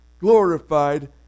glorified